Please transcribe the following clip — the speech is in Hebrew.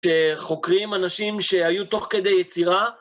שחוקרים אנשים שהיו תוך כדי יצירה.